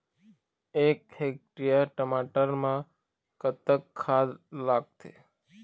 एक हेक्टेयर टमाटर म कतक खाद लागथे?